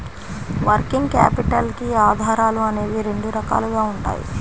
working capital కి ఆధారాలు అనేవి రెండు రకాలుగా ఉంటాయి